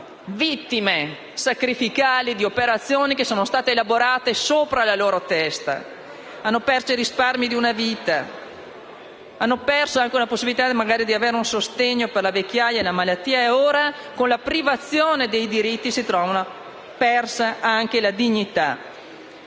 vittime sacrificali di operazioni elaborate sopra la loro testa. Hanno perso i risparmi di una vita. Hanno perso anche la possibilità di avere un sostegno per la vecchiaia e la malattia e ora, con la privazione dei diritti, hanno perso anche la dignità.